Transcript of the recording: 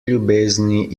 ljubezni